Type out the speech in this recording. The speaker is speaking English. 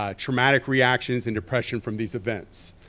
ah traumatic reactions and depression from these events.